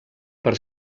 per